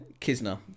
Kisner